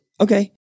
Okay